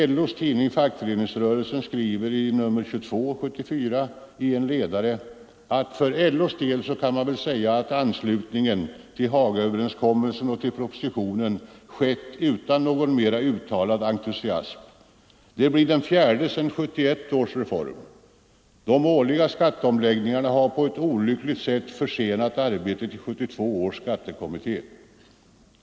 LO:s tidning Fackföreningsrörelsen skriver i nr 22/1974 i en ledare: ”För LO:s vidkommande kan man väl säga, att anslutningen” — till Hagaöverenskommelsen och till propositionen — ”skett utan någon mera uttalad entusiasm.” Det blir den fjärde reformen sedan 1971 års reform De årliga skatteomläggningarna har på ett olyckligt sätt försenat arbetet i 1972 års skattekommitté.